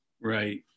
Right